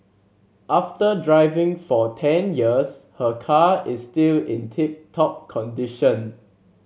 after driving for ten years her car is still in tip top condition